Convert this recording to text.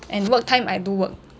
and work time I do work